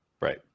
right